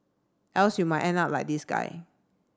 else you might end up like this guy